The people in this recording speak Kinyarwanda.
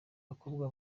bakobwa